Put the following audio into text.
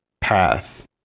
path